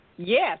Yes